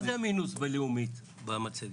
מה זה המינוס בלאומית במצגת?